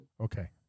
Okay